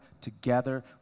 together